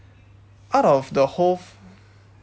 out of the whole